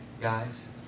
Guys